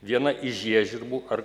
viena iš žiežirbų ar